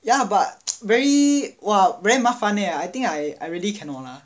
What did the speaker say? ya but very !wah! very 麻烦 eh I think I I really cannot lah